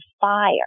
fire